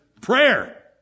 prayer